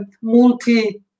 multi